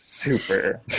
Super